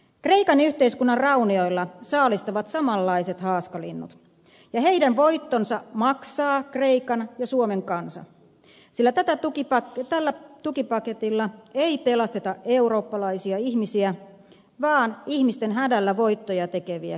kreikan yhteiskunnan raunioilla saalistavat samanlaiset haaskalinnut ja heidän voittonsa maksaa kreikan ja suomen kansa sillä tällä tukipaketilla ei pelasteta eurooppalaisia ihmisiä vaan ihmisten hädällä voittoja tekeviä keinottelijoita